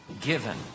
Given